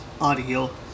audio